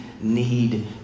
need